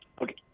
Okay